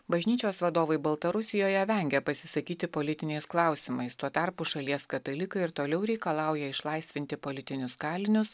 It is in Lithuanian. bažnyčios vadovai baltarusijoje vengia pasisakyti politiniais klausimais tuo tarpu šalies katalikai ir toliau reikalauja išlaisvinti politinius kalinius